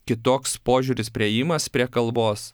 kitoks požiūris priėjimas prie kalbos